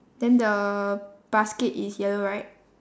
then the basket is yellow right